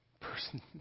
person